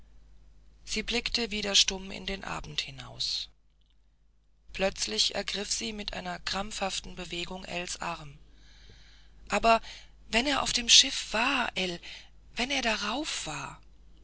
sie blickte wieder stumm in den abend hinaus plötzlich ergriff sie mit einer krampfhaften bewegung ells arm aber wenn er auf dem schiff war ell wenn er darauf war